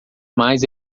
mais